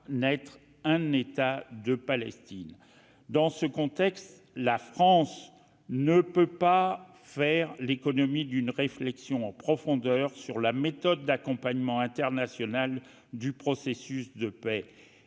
un État de Palestine. Dans ce contexte, la France ne peut pas faire l'économie d'une réflexion en profondeur sur la méthode d'accompagnement international du processus de paix.